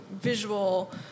visual